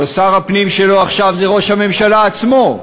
הרי שר הפנים שלו עכשיו הוא ראש הממשלה עצמו,